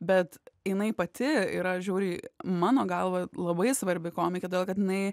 bet jinai pati yra žiūriai mano galva labai svarbi komikė todėl kad jinai